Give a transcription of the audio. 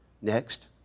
next